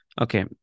Okay